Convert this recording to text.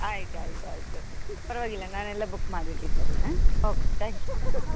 ಆಯ್ತಾಯ್ತಾಯಿತು ಪರವಾಗಿಲ್ಲ ನಾನೆಲ್ಲ ಬುಕ್ ಮಾಡಿರ್ತೀನಿ ತಗೊಳ್ಳಿ ಆಂ ಓಕೆ ಥ್ಯಾಂಕ್ ಯು ಹ್ಞೂ